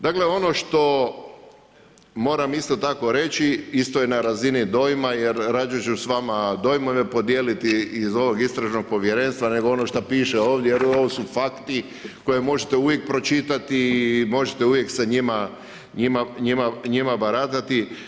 Dakle, ono što moram isto tako reći, isto je na razini dojma jer radije ću s vama dojmove podijeliti iz ovog istražnog povjerenstva nego ono šta piše ovdje jer ovo su fakti koje možete uvijek pročitati i možete uvijek sa njima baratati.